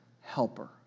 helper